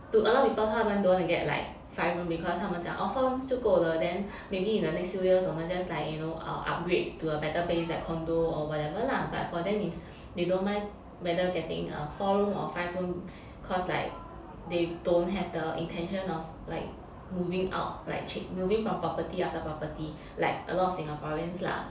to alot people 他们 don't wanna get like five room because 他们讲 four room 就够了 then maybe in the next few years 我们 just like you know um upgrade to a better place like condo or whatever lah but for them is they don't mind whether getting a four room or five room cause like they don't have the intention of like moving out like chang~ moving from property after property like a lot of singaporeans lah